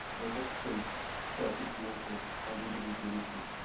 we're just too selfish, willful, and individualistic.